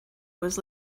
was